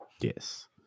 Yes